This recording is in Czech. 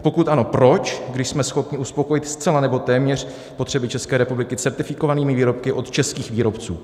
Pokud ano, proč, když jsme schopni uspokojit zcela nebo téměř potřeby České republiky certifikovanými výrobky od českých výrobců.